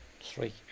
Three